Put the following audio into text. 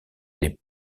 les